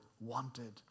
wanted